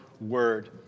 word